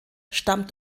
stammt